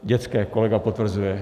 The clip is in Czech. Dětské, kolega potvrzuje.